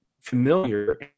familiar